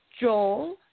Joel